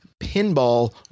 pinball